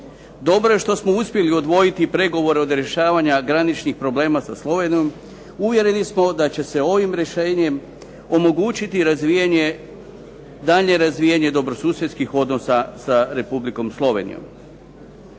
Dobro je što smo uspjeli odvojiti pregovore od rješavanja graničnih problema sa Slovenijom. Uvjereni smo da će se ovim rješenjem omogućiti daljnje razvijanje dobrosusjedskih odnosa sa Republikom Slovenijom.